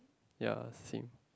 ya same